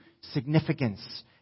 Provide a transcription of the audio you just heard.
significance